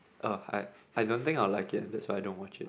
oh I I don't think I'll like it that's why don't watch it